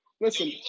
Listen